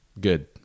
Good